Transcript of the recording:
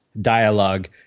dialogue